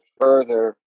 further